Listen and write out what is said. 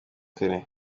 kare